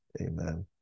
Amen